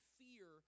fear